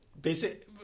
basic